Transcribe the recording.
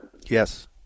Yes